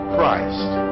Christ